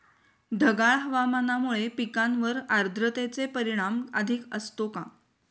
ढगाळ हवामानामुळे पिकांवर आर्द्रतेचे परिणाम अधिक असतो का?